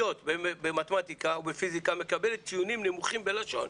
במתמטיקה ופיזיקה מקבלת ציונים נמוכים בלשון'.